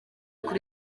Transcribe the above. kuri